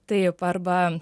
taip arba